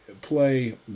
play